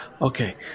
okay